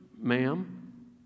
ma'am